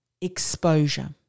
exposure